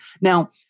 Now